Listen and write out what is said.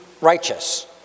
righteous